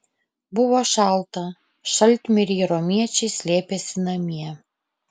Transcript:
buvo šalta šaltmiriai romiečiai slėpėsi namie